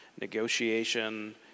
negotiation